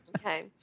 Okay